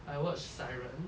I watch siren